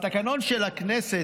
בתקנון של הכנסת,